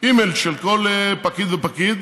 האימייל של כל פקיד ופקיד,